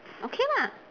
okay lah